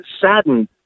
saddened